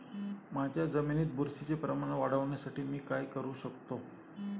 माझ्या जमिनीत बुरशीचे प्रमाण वाढवण्यासाठी मी काय करू शकतो?